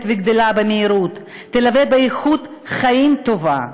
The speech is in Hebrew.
וגדלה במהירות תלווה באיכות חיים טובה,